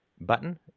button